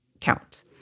count